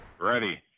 Ready